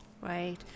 Right